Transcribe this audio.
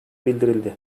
bildirildi